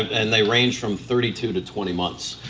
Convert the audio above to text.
and they range from thirty two to twenty months,